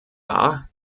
war